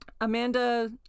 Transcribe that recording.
Amanda